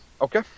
Okay